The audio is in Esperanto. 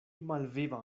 malviva